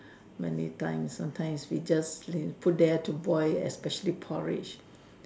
many times sometimes you just leave put there to boil especially porridge